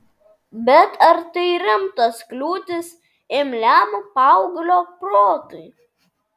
bet ar tai rimtos kliūtys imliam paauglio protui